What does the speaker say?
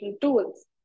tools